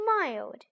smiled